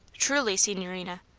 truly, signorina.